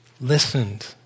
listened